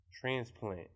transplant